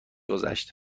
گذشت